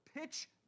pitch